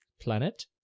planet